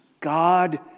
God